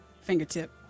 Fingertip